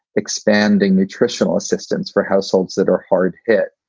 expanding nutritional assistance for households that are hard hit,